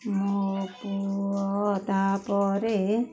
ମୋ ପୁଅ ତା'ପରେ